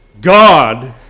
God